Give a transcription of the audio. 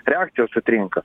reakcijos sutrinka